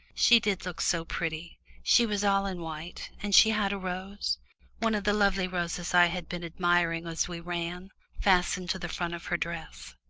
she did look so pretty she was all in white, and she had a rose one of the lovely roses i had been admiring as we ran fastened to the front of her dress.